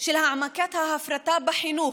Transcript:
של העמקת ההפרטה בחינוך,